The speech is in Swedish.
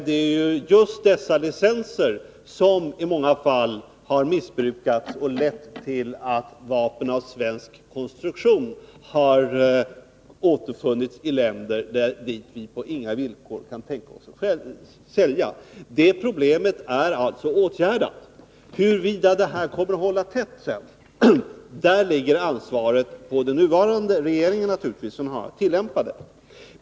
Det är just dessa licenser som i många fall missbrukats och lett till att vapen av svensk konstruktion återfunnits i länder dit vi på inga villkor kan tänka oss att sälja. Det problemet är alltså åtgärdat! Ansvaret för att systemet sedan kommer att hålla tätt ligger naturligtvis på den nuvarande regeringen, som har att tillämpa det.